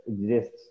exists